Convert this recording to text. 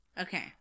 Okay